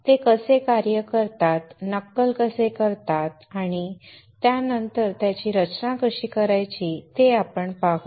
ते कसे कार्य करतात नक्कल कसे करतात आणि नंतर त्यांची रचना कशी करायची ते आपण पाहू